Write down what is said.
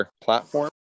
platform